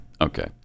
Okay